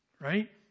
Right